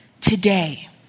today